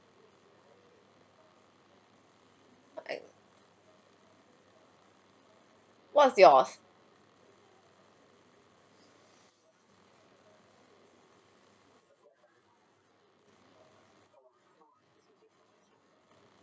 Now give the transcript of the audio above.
what's yours